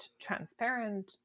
transparent